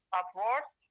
upwards